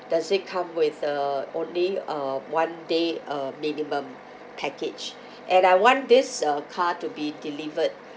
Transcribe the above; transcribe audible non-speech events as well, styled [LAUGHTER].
does it come with uh only a one day uh minimum package [BREATH] and I want this uh car to be delivered